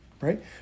right